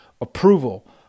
approval